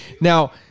Now